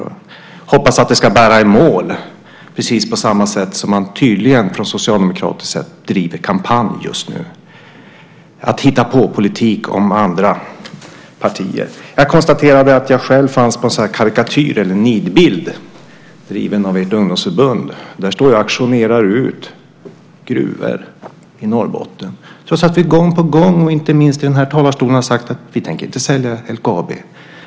Hon hoppas att det ska bära i mål, precis på samma sätt som när man tydligen från socialdemokratisk sida driver en kampanj just nu med en hitta-på-politik om andra partier. Jag konstaterade att jag själv fanns på en karikatyr eller nidbild. Det hela drivs av ert ungdomsförbund. På bilden står jag och auktionerar ut gruvor i Norrbotten, trots att vi gång på gång, inte minst i den här talarstolen, har sagt att vi inte tänker sälja LKAB.